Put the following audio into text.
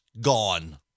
gone